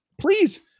Please